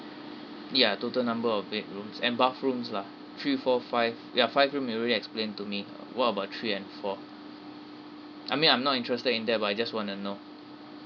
ya total number of bedrooms and bathrooms lah three four five ya five room you already explained to me uh what about three and four I mean I'm not interested in that but I just wanna know